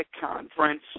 Conference